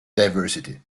diversity